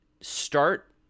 start